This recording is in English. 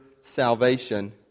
salvation